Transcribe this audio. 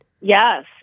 Yes